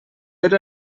era